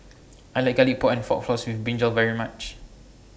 I like Garlic Pork and fork Floss with Brinjal very much